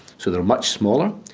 so they are much smaller.